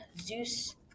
Zeus